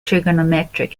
trigonometric